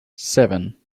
seven